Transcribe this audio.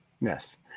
Yes